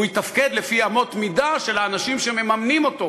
הוא יתפקד לפי אמות מידה של האנשים שמממנים אותו,